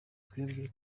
twebwe